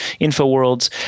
InfoWorlds